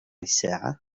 الساعة